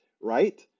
right